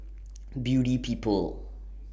Beauty People